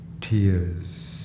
tears